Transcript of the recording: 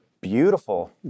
beautiful